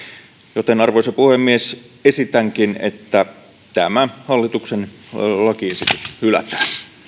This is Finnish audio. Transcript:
joten arvoisa puhemies esitänkin että tämä hallituksen lakiesitys hylätään